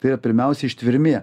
tai yra pirmiausia ištvermė